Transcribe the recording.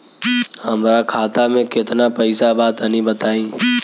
हमरा खाता मे केतना पईसा बा तनि बताईं?